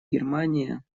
германия